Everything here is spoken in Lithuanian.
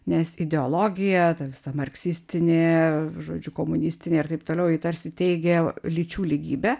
nes ideologija ta visa marksistinė žodžiu komunistinė ir taip toliau ji tarsi teigė lyčių lygybę